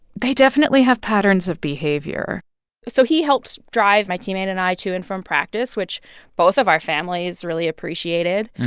they definitely have patterns of behavior so he helped drive my teammate and i to and from practice, which both of our families really appreciated.